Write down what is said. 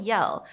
Yell